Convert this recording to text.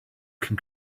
can